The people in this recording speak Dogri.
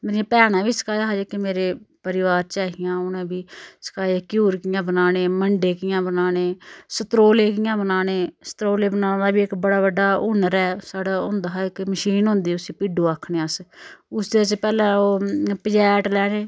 मेरियें भैनें बी सखाया हा जेह्की मेरे परिवार च ऐ हियां उनें बी सखाए घ्युर कियां बनाने मंडे कियां बनाने सत्रोले कियां बनाने सत्रोले बनाना बी इक बड़ा बड्डा हुनर ऐ साढ़ै होंदा हा इक मशीन होंदी उसी भिड्डु आखने अस उसदे च पैह्ला ओह पजैट लैने